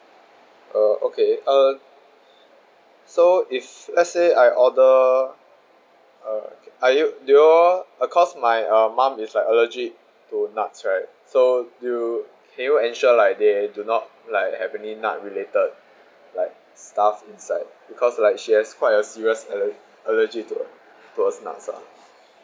uh okay uh so if let's say I order uh are you do you all uh cause my uh mom is like allergy to nuts right so do you can you ensure like they do not like have any nut related like stuff inside because like she has quite a serious aller~ allergy to towards nuts uh